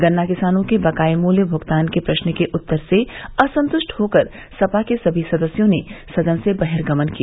गन्ना किसानों के बकाये मूल्य भुगतान के प्रश्न के उत्तर से असंतुष्ट होकर सपा के सभी सदस्यों ने सदन से बहिर्गमन किया